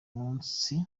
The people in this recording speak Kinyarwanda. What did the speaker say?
munsi